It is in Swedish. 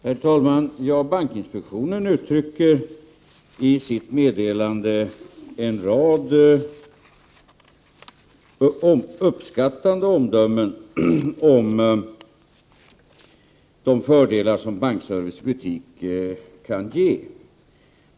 Herr talman! Bankinspektionen uttrycker i sitt meddelande en rad uppskattande omdömen om de fördelar bankservice i butik kan ge.